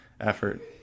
effort